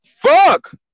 Fuck